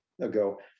ago